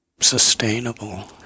sustainable